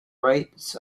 rights